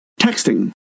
texting